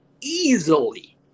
easily